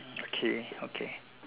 okay okay